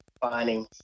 finding